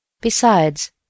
Besides